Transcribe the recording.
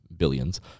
billions